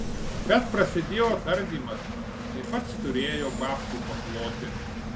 bet prasidėjo tardymas tai pats turėjo babkių pakloti